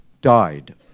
died